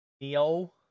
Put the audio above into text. Neo